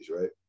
right